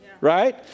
right